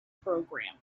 program